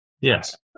Yes